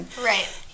Right